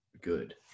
good